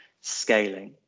scaling